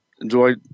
enjoy